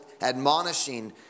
admonishing